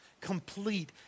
Complete